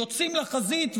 יוצאים לחזית,